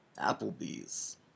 Applebee's